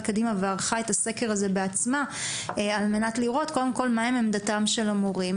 קדימה וערכה את הסקר הזה בעצמה על מנת לראות מה עמדת המורים,